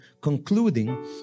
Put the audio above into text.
concluding